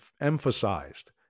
emphasized